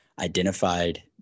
identified